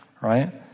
right